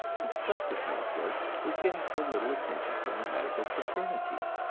constructive health work, was getting so little attention from the medical fraternity.